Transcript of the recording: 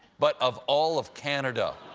but of all of canada.